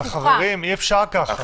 חברים, אי-אפשר ככה.